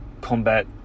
combat